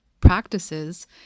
practices